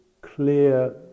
clear